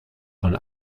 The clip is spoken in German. von